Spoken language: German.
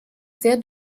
sehr